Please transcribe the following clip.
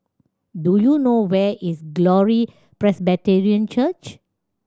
do you know where is Glory Presbyterian Church